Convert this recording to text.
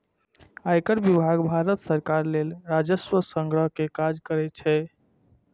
आयकर विभाग भारत सरकार लेल राजस्व संग्रह के काज करै छै